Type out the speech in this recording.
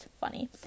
funny